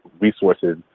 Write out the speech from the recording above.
resources